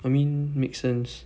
I mean make sense